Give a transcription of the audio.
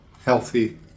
healthy